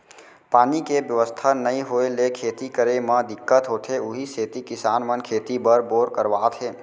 पानी के बेवस्था नइ होय ले खेती करे म दिक्कत होथे उही सेती किसान मन खेती बर बोर करवात हे